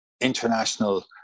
international